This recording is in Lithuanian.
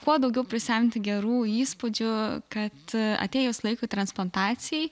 kuo daugiau prisemti gerų įspūdžių kad atėjus laikui transplantacijai